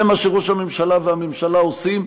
זה מה שראש הממשלה והממשלה עושים.